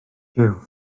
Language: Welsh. jiw